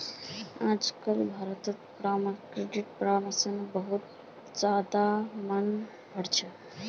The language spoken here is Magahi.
आजकल भारत्त क्रेडिट परामर्शेर बहुत ज्यादा मांग बढ़ील छे